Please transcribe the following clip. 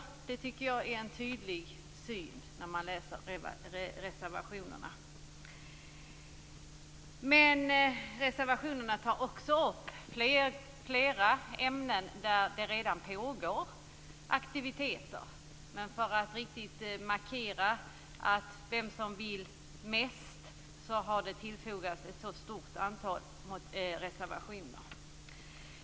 Den synen tycker jag är tydlig när man läser reservationerna. Men reservationerna tar också upp flera ämnen där det redan pågår aktiviteter. Men för att riktigt markera vem som vill mest har det fogats ett så stort antal reservationer till betänkandet.